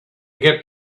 get